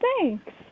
Thanks